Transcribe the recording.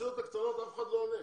בקונסוליות הקטנות אף אחד לא עונה.